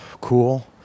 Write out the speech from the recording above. cool